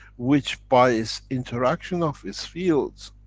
which by its interaction of its fields,